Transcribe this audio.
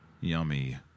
yummy